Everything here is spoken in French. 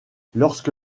lorsque